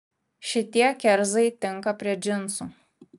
šitie kerzai tinka prie džinsų